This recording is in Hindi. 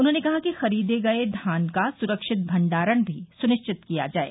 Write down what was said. उन्होंने कहा कि खरीदे गये धान का सुरक्षित भंडारण भी सुनिश्चित किया जाये